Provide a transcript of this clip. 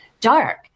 dark